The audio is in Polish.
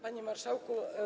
Panie Marszałku!